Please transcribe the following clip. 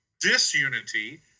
disunity